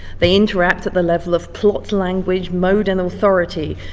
they interact at the level of plot language, mode, and authority.